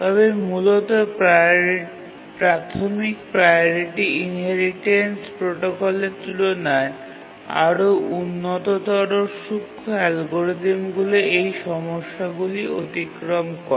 তবে মূলত প্রাথমিক প্রাওরিটি ইনহেরিটেন্স প্রোটোকলের তুলনায় আরও উন্নততর সূক্ষ্ম অ্যালগরিদমগুলি এই সমস্যাগুলি অতিক্রম করে